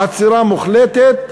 עצירה מוחלטת,